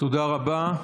תודה רבה.